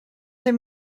ses